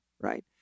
right